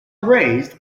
raised